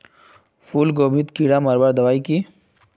फूलगोभीत कीड़ा मारवार दबाई की?